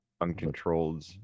uncontrolled